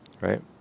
right